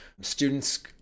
students